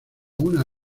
una